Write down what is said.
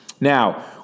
Now